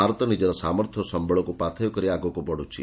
ଭାରତ ନିକ୍କର ସାମର୍ଥ୍ୟ ଓ ସମ୍ଭଳକୁ ପାଥେୟ କରି ଆଗକୁ ବଢୁଛି